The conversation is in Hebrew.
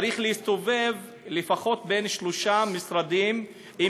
צריך להסתובב לפחות בין שלושה משרדים עם